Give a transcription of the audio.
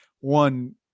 One